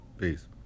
Peace